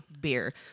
beer